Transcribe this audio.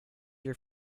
your